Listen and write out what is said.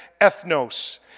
ethnos